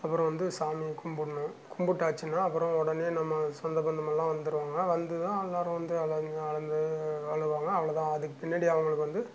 அப்புறோம் வந்து சாமி கும்பிட்ணும் கும்பிட்டாச்சுன்னா அப்புறோம் உடனே நம்ம சொந்த பந்தம் எல்லாம் வந்துருவாங்க வந்து தான் எல்லாரும் வந்து அளந் அளந்து அழுவாங்க அவ்வளோ தான் அதுக்கு பின்னாடி அவங்களுக்கு வந்து